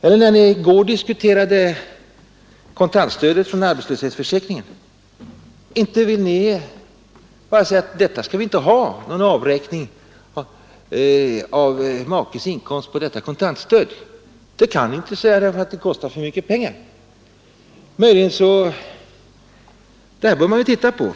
Men när vi i går diskuterade kontantstödet från arbetslöshetsförsäkringen, inte ville ni då bara säga att det inte skall ske någon avräkning av makes inkomst på detta kontantstöd. Det kan ni inte säga därför att det kostar för mycket pengar. Det här bör man ju se på.